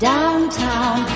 Downtown